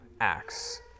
Acts